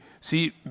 see